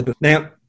Now